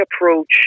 approach